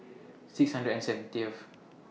six hundred and seventieth